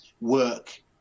work